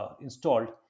installed